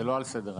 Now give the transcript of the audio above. זה לא על סדר היום.